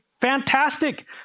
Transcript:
fantastic